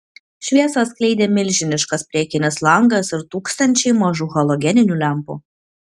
šviesą skleidė milžiniškas priekinis langas ir tūkstančiai mažų halogeninių lempų